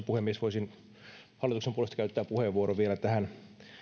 puhemies voisin hallituksen puolesta käyttää puheenvuoron vielä tähän